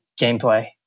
gameplay